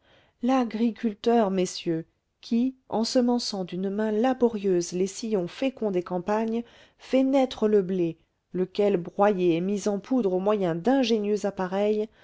l'agriculteur messieurs qui ensemençant d'une main laborieuse les sillons féconds des campagnes fait naître le blé lequel broyé est mis en poudre au moyen d'ingénieux appareils